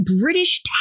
British